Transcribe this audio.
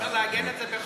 אפשר לעגן את זה בחוק.